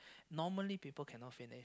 normally people cannot finish